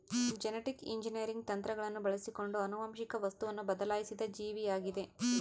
genetic engineering ತಂತ್ರಗಳನ್ನು ಬಳಸಿಕೊಂಡು ಆನುವಂಶಿಕ ವಸ್ತುವನ್ನು ಬದಲಾಯಿಸಿದ ಜೀವಿಯಾಗಿದ